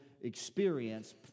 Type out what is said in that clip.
experience